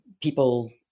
people